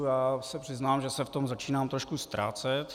Já se přiznám, že se v tom začínám trošku ztrácet.